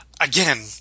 again